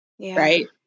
Right